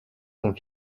son